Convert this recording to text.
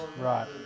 Right